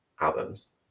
albums